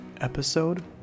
Episode